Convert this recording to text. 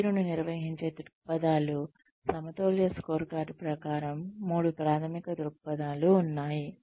పనితీరును నిర్వహించే దృక్పథాలు సమతుల్య స్కోర్కార్డ్ ప్రకారం మూడు ప్రాధమిక దృక్పథాలు ఉన్నాయి